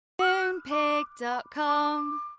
Moonpig.com